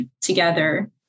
together